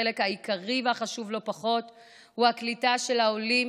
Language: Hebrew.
החלק העיקרי והחשוב לא פחות הוא הקליטה של העולים